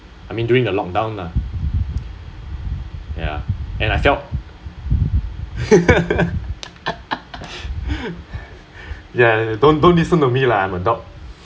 I mean during the lockdown lah ya and I felt ya don't don't listen to me lah I am a dog